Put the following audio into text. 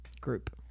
group